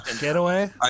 Getaway